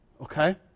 Okay